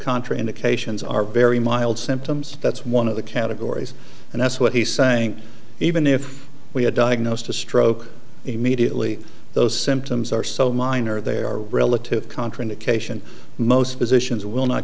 contraindications are very mild symptoms that's one of the categories and that's what he's saying even if we had diagnosed a stroke immediately those symptoms are so minor they are relative contraindication most physicians will not